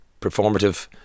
performative